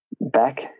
back